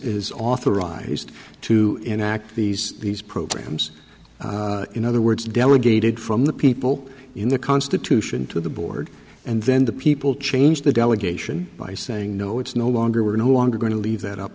is authorized to enact these these programs in other words delegated from the people in the constitution to the board and then the people change the delegation by saying no it's no longer we're no longer going to leave that